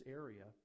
area